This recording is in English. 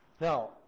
Now